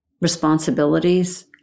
responsibilities